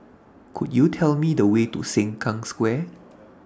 Could YOU Tell Me The Way to Sengkang Square